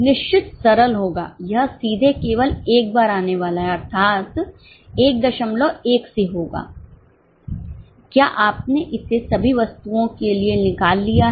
निश्चित सरल होगा यह सीधे केवल एक बार आने वाला है अर्थात 11 से होगा क्या आपने इसे सभी वस्तुओं के निकाल लिया है